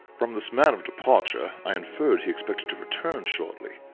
from this man of departure, i inferred he expected to return shortly,